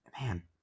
Man